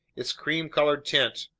its cream-colored tint,